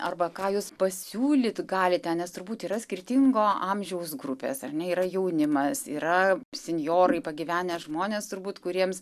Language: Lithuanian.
arba ką jūs pasiūlyt galite nes turbūt yra skirtingo amžiaus grupės ar ne yra jaunimas yra senjorai pagyvenę žmonės turbūt kuriems